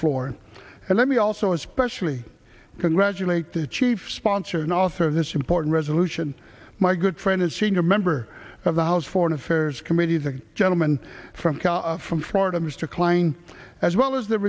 floor and let me also especially congratulate the chief sponsor and also this important resolution my good friend is senior member of the house foreign affairs committee the gentleman from cal from florida mr klain as well as the